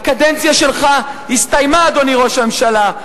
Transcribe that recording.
הקדנציה שלך הסתיימה, אדוני ראש הממשלה.